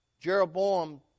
Jeroboam